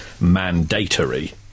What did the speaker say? mandatory